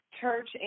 church